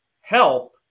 help